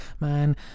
man